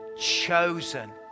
chosen